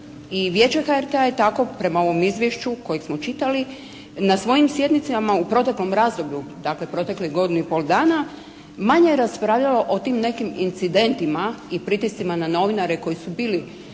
i Vijeće HRT-a je tako prema ovom Izvješću kojeg smo čitali na svojim sjednicama u proteklom razdoblju, dakle proteklih godinu i pol dana manje raspravljalo o tim nekim incidentima i pritiscima na novinare koji su bili